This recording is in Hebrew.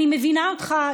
אני מבינה אותך,